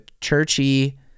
churchy